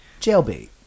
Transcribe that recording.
Jailbait